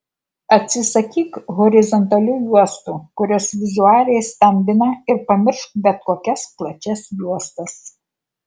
atsisakyk horizontalių juostų kurios vizualiai stambina ir pamiršk bet kokias plačias juostas